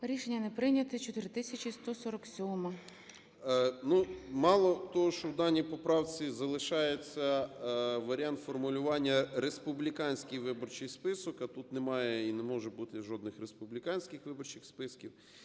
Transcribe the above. СИДОРОВИЧ Р.М. Ну, мало того, що в даній поправці залишається варіант формулювання "республіканський виборчий список", а тут немає і не може бути жодних республіканських виборчих списків,